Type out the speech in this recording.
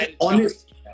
honest